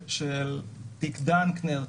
תיק דנקנר למשל.